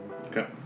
Okay